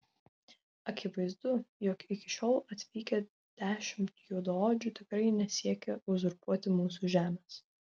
akivaizdu jog iki šiol atvykę dešimt juodaodžių tikrai nesiekia uzurpuoti mūsų žemės